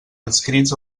adscrits